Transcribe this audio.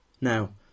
now